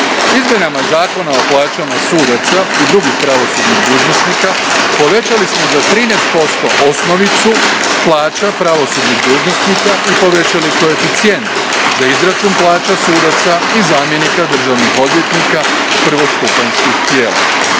Izmjenama Zakona o plaćama sudaca i drugih pravosudnih dužnosnika povećali smo za 13 % osnovicu plaća pravosudnih dužnosnika i povećali koeficijent za izračun plaća sudaca i zamjenika državnih odvjetnika prvostupanjskih tijela.